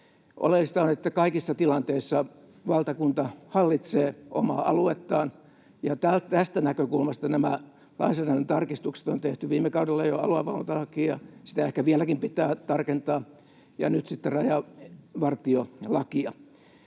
Oleellista on, että kaikissa tilanteissa valtakunta hallitsee omaa aluettaan, ja tästä näkökulmasta nämä lainsäädännön tarkistukset on tehty. Viime kaudella tarkistettiin jo aluevalvontalakia — sitä ehkä vieläkin pitää tarkentaa — ja nyt sitten rajavartiolakia.